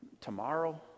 tomorrow